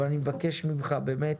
אני מבקש ממך באמת,